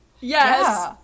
Yes